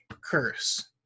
curse